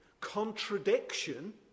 contradiction